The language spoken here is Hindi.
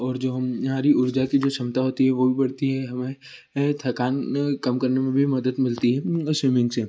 और जो हमारी ऊर्जा की जो क्षमता होती है वो भी बढ़ती है हमें थकान कम करने में भी मदद मिलती है स्विमिंग से